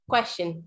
Question